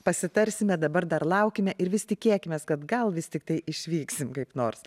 pasitarsime dabar dar laukime ir vis tikėkimės kad gal vis tiktai išvyksime kaip nors